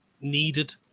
needed